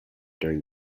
during